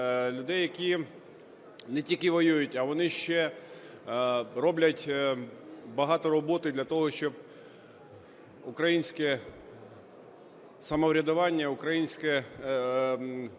людей, які не тільки воюють, а вони ще роблять багато роботи для того, щоб українське самоврядування, українська